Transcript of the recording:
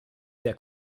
der